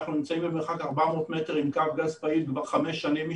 אנחנו נמצאים במרחק 400 מטר עם קו גז פעיל כבר חמש שנים,